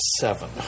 seven